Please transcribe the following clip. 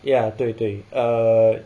ya 对对 err